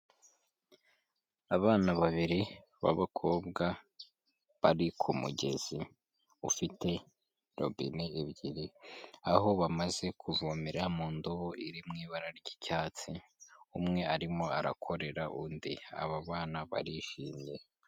Abana babiri b'abakobwa bari ku mugezi ufite robine ebyiri aho bamaze kuvomera mu ndobo iri mu ibara ry'icyatsi, umwe arimo arakorera undi aba bana barishimye.